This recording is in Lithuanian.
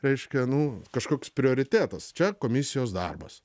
reiškia nu kažkoks prioritetas čia komisijos darbas